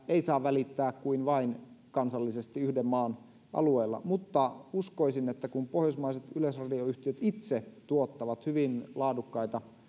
ei saa välittää kuin vain kansallisesti yhden maan alueella mutta uskoisin että kun pohjoismaiset yleisradioyhtiöt itse tuottavat hyvin laadukkaita